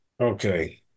Okay